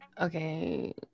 okay